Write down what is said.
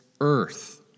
earth